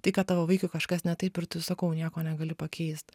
tai kad tavo vaikui kažkas ne taip ir tu sakau nieko negali pakeist